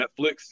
Netflix